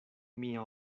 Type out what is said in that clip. mia